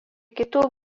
kitų